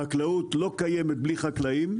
חקלאות לא קיימת בלי חקלאים,